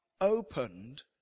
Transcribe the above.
opened